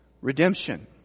Redemption